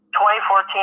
2014